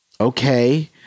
okay